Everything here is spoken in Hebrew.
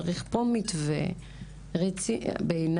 צריך פה מתווה בעיניי,